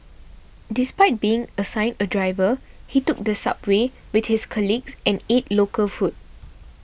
despite being assigned a driver he took the subway with his colleagues and ate local food